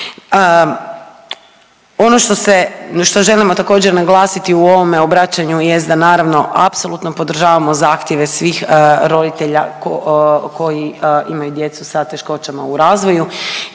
se, što želimo također naglasiti u ovome obraćanju jest da naravno apsolutno podržavamo zahtjeve svih roditelja koji imaju djecu sa teškoćama u razvoju